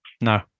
No